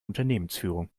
unternehmensführung